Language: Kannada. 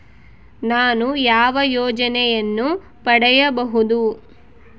ನಾನು ಯಾವ ಯೋಜನೆಯನ್ನು ಪಡೆಯಬಹುದು?